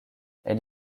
elle